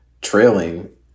trailing